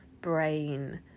brain